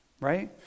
Right